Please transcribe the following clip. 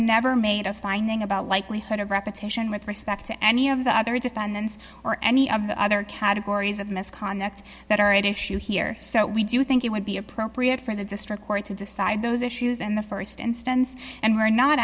never made a finding about likelihood of repetition with respect to any of the other defendants or any of the other categories of misconduct that are at issue here so we do think it would be appropriate for the district court to decide those issues and the st instance and we're not